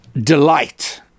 delight